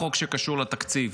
בחוק שקשור לתקציב.